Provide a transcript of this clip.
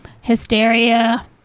hysteria